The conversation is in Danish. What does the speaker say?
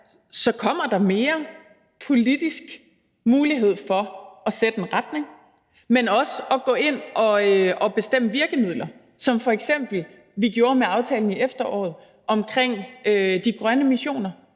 her kommer der større politisk mulighed for at sætte en retning, men også for at gå ind og bestemme virkemidler, som vi f.eks. gjorde med aftalen i efteråret omkring de grønne missioner,